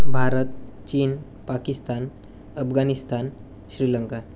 भारत चीन पाकिस्तान अफगाणिस्तान श्रीलंका